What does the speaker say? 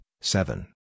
seven